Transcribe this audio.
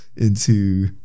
into-